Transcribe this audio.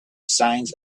signs